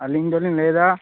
ᱟ ᱞᱤᱧ ᱫᱚᱞᱤᱧ ᱞᱟ ᱭᱫᱮᱟ